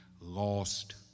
lost